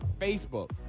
Facebook